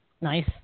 Nice